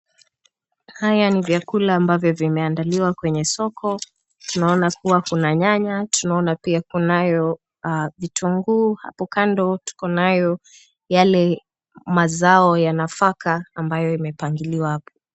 Haya ni vyakula ambayo vimeandaliwa kwenye soko. Tunaona kuwa kuna nyanya, tunaona pia kunayo vitunguu hapo kando, tukanayo yale mazao ya nafaka ambayo yamepangiliwa hapo.